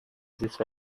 زیست